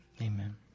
Amen